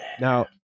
Now